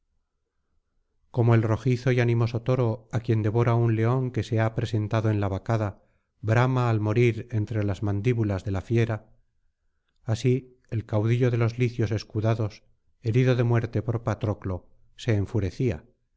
como el rojizo y animoso toro á quien devora un león que se ha presentado en la vacada brama al morir entre las mandíbulas de la fiera así el caudillo de los licios escudados herido de muerte por patroclo se enfurecía